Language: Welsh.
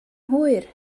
hwyr